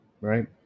Right